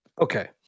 okay